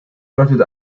deutet